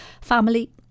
family